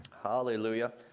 Hallelujah